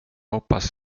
hoppas